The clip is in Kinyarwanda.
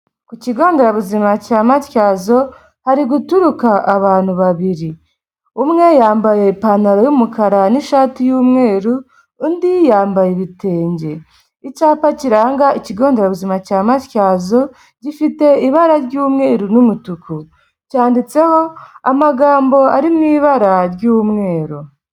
Ku kigo nderabuzima cya Matyazo hari guturuka abantu babiri, umwe yambaye ipantaro y'umukara n'ishati y'umweru, undi yambaye ibitenge, icyapa kiranga ikigo nderabuzima cya Matyazo gifite ibara ry'umweru n'umutuku, cyanditseho amagambo ari mu ibara ry'umweru.